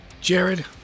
Jared